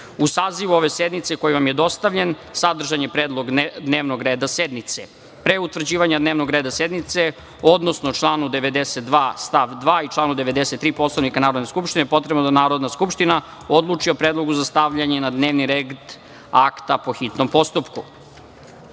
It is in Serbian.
sazivu ove sednice koji vam je dostavljen sadržan je predlog dnevnog reda sednice. Pre utvrđivanja dnevnog reda sednice, saglasno članu 92. stav 2. i članu 93. Poslovnika Narodne skupštine, potrebno je da Narodna skupština odluči o predlogu za stavljanje na dnevni red akta po hitnom postupku. Odbor